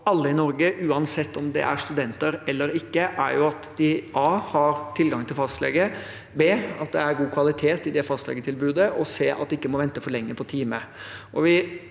alle i Norge, uansett om det er studenter eller ikke, er a) at de har tilgang til fastlege, b) at det er god kvalitet i det fastlegetilbudet, og c) at de ikke må vente for lenge på time.